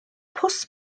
pws